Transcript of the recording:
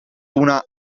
una